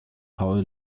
paul